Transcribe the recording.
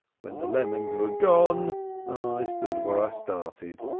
when the lemons were gone i stood where i started.